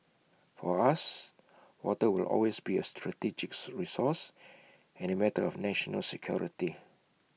for us water will always be A strategic resource and A matter of national security